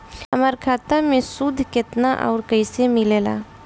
हमार खाता मे सूद केतना आउर कैसे मिलेला?